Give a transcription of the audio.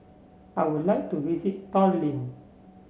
I would like to visit Tallinn